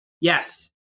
Yes